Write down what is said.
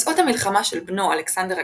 מסעות המלחמה של בנו אלכסנדר הגדול,